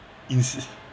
inci~